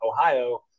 Ohio